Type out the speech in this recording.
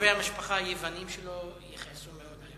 קרובי המשפחה היוונים שלו יכעסו מאוד.